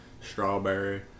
strawberry